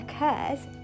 occurs